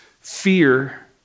fear